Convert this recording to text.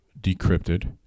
decrypted